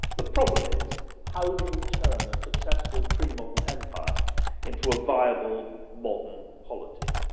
the problem is how do you turn a successful premodern empire into a viable modern polity?